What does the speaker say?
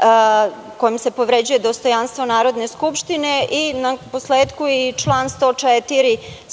1. kojom se povređuje dostojanstvo Narodne skupštine. Na posletku i član 104. stav 2.